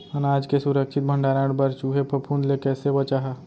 अनाज के सुरक्षित भण्डारण बर चूहे, फफूंद ले कैसे बचाहा?